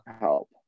help